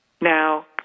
Now